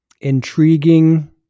intriguing